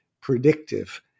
predictive